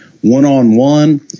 One-on-one